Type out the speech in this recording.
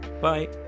bye